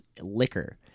liquor